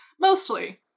Mostly